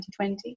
2020